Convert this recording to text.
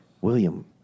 William